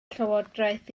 llywodraeth